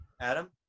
Adam